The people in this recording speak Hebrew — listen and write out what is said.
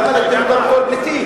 למה להגדיר אותם בתור פליטים?